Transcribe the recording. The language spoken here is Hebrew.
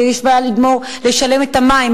שיש בעיה לשלם את המים,